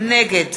נגד